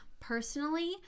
personally